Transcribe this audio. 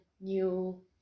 new